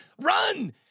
run